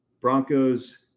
Broncos